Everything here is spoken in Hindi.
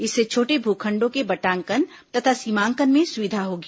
इससे छोटे भू खण्डों के बटांकन तथा सीमांकन में सुविधा होगी